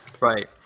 Right